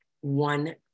one